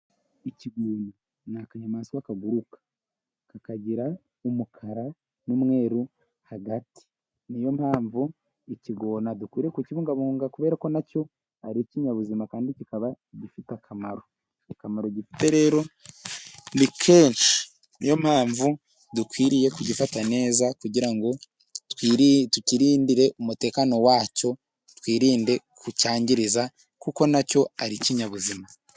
Ikigona ni akanyamaswa kaguruka kakagira umukara n'umweru hagati, ni yo mpamvu ikigona dukwiriye kukibungabunga, kubera ko na cyo ari ikinyabuzima kandi kikaba gifite akamaro, akamaro gifite rero ni kenshi ni yo mpamvu dukwiriye kugifata neza, kugira ngo tukirindire umutekano wacyo twirinde kucyangiriza, kuko na cyo ari ikinyabuzima.